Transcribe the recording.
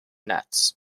nets